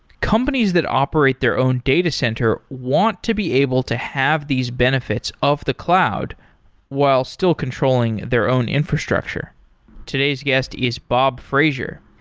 companies that operate their own data center want to be able to have these benefits of the cloud while still controlling their own infrastructure today's guest is bob fraser.